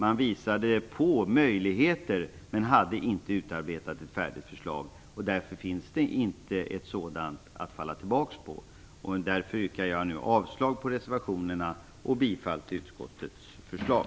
Man visade på möjligheter men hade inte utarbetat ett färdigt förslag. Därför finns det inte ett sådant att falla tillbaka på. Jag yrkar därför nu avslag på reservationerna och bifall till utskottets förslag.